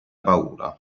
paura